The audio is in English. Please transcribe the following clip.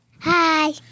Hi